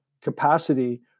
capacity